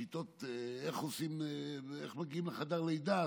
שיטות, איך מגיעים לחדר לידה?